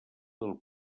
del